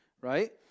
right